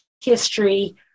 history